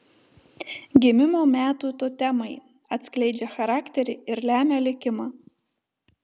gimimo metų totemai atskleidžia charakterį ir lemia likimą